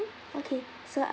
okay so I